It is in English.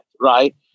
right